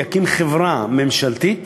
יקים חברה ממשלתית